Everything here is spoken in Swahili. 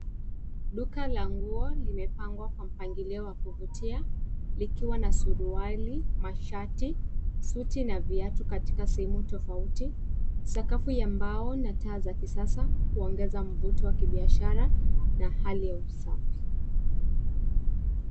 Duka la nguo limepangwa kwa mpangilio wa kuvutia likiwa na suruali, mashati, suti na viatu katika sehemu tofauti. Sakafu ya mbao na taa za kisasa huongeza mvuto wa kibiashara na hali ya usafi.